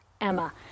Emma